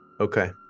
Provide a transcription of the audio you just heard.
Okay